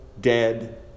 dead